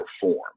perform